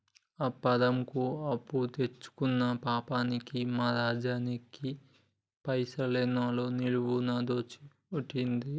ఆపదకు అప్పుదెచ్చుకున్న పాపానికి మా రాజన్ని గా పైనాన్సోళ్లు నిలువున దోసుకోవట్టిరి